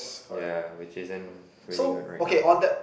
yeah which isn't really good right now